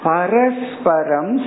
Parasparam